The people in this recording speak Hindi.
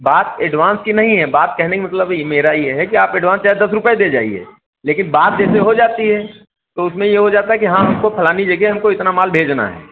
बात एडवांस की नहीं है बात कहने कि मतलब यह मेरा यह है कि आप एडवांस चाहे दस रुपये दे जाइए लेकिन बात जैसे हो जाती है तो उसमें यह हो जाता है कि हाँ हमको फलानी जगह हमको इतना माल भेजना है